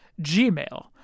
gmail